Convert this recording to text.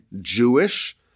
Jewish